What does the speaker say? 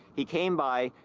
he came by,